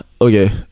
okay